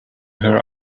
her